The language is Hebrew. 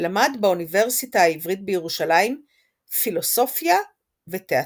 ולמד באוניברסיטה העברית בירושלים פילוסופיה ותיאטרון.